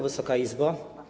Wysoka Izbo!